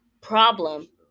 problem